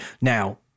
Now